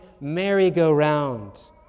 merry-go-round